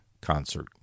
concert